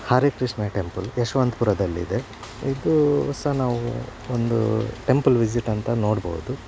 Harikrishna temple ಯಶವಂತ್ ಪುರದಲ್ಲಿದೆ ಇದೂ ಸಹ ನಾವು ಒಂದು ಟೆಂಪಲ್ ವಿಝಿಟ್ ಅಂತ ನೋಡ್ಬೋದು